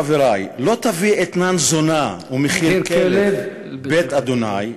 חברי: "לא תביא אתנן זונה ומחיר כלב בית ה'